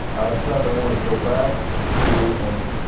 i decided i wanted to go back to school and